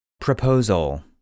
Proposal